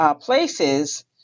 places